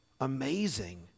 amazing